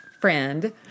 friend